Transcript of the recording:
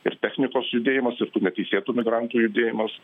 ir technikos judėjimas ir tų neteisėtų migrantų judėjimas